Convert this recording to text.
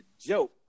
joke